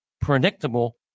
predictable